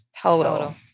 Total